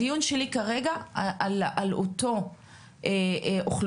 הדיון שלי כרגע הוא על אותה אוכלוסייה,